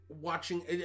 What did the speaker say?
watching